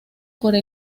para